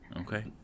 Okay